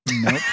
Nope